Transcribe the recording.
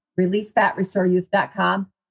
releasefatrestoreyouth.com